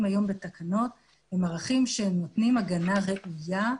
היום בתקנות הם ערכים שהם נותנים הגנה ראויה.